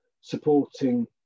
supporting